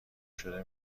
شده